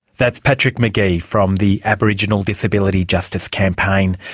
that's patrick mcgee from the aboriginal disability justice campaign,